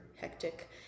hectic